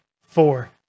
four